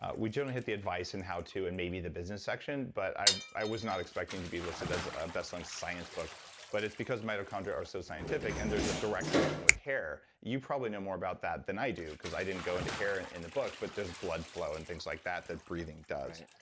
ah we generally hit the advice and how-to and maybe the business section, but i i was not expecting to be listed as a bestselling science book but it's because mitochondria are so scientific, and there's a direct connection with hair you probably know more about that than i do, because i didn't go into hair in the book but there's blood flow and things like that that breathing does.